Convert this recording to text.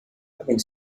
humming